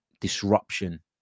disruption